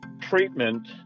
treatment